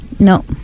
No